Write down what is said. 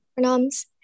noms